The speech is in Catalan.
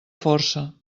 força